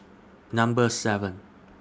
Number seven